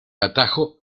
atajo